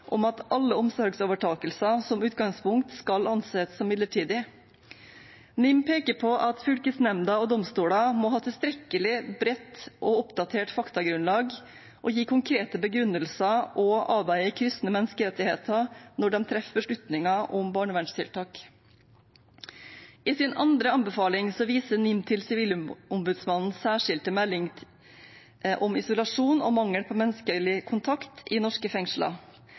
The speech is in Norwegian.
om at alle omsorgsovertakelser som utgangspunkt skal anses som midlertidige. NIM peker på at fylkesnemnder og domstoler må ha tilstrekkelig bredt og oppdatert faktagrunnlag og gi konkrete begrunnelser og avveie kryssende menneskerettigheter når de treffer beslutninger om barnevernstiltak. I sin andre anbefaling viser NIM til Sivilombudsmannens særskilte melding om isolasjon og mangel på menneskelig kontakt i norske fengsler.